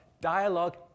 dialogue